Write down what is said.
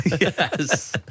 Yes